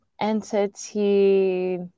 entity